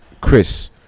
Chris